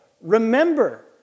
remember